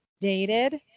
dated